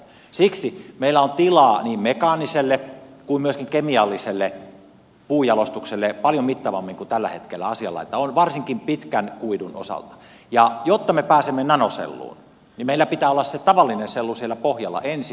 siksi meillä on tilaa niin mekaaniselle kuin myöskin kemialliselle puunjalostukselle paljon mittavammin kuin tällä hetkellä asianlaita on varsinkin pitkän kuidun osalta ja jotta me pääsemme nanoselluun meillä pitää olla se tavallinen sellu siellä pohjalla ensin